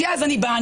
כי אז אני באה,